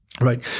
right